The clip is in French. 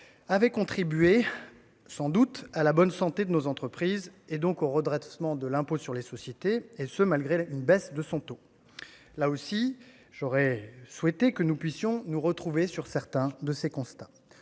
avait contribué, sans doute, à la bonne santé de nos entreprises et donc au rendement de l'impôt sur les sociétés, et ce malgré une baisse de son taux. Là aussi, j'aurais aimé que nous puissions nous retrouver sur ce constat.